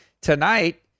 Tonight